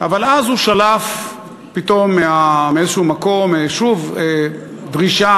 אבל אז הוא שלף פתאום מאיזה מקום שוב דרישה,